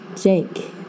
Jake